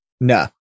No